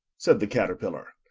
said the caterpillar.